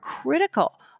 critical